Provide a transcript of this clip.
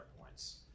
points